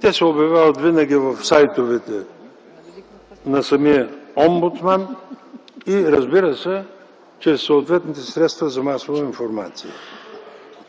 Те се обявяват винаги на сайтовете на самия омбудсман, и, разбира се, чрез съответните средства за масова информация.